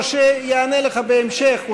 או שיענה לך בהמשך.